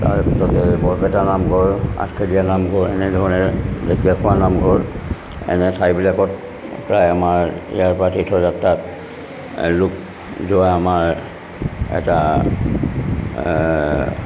তাৰপিছতে বৰপেটা নামঘৰ আঠ কেদিয়া নামঘৰ এনেধৰণে জেকীয়া খোৱা নামঘৰ এনে ঠাইবিলাকত প্ৰায় আমাৰ ইয়াৰ পৰা তীৰ্থযাত্ৰাত লোক আমাৰ এটা